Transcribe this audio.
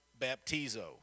baptizo